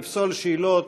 יפסול שאלות